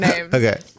Okay